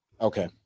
okay